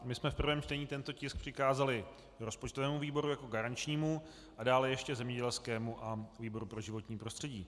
My jsme v prvém čtení tento tisk přikázali rozpočtovému výboru jako garančnímu a dále ještě zemědělskému a výboru pro životní prostředí.